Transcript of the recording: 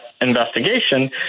investigation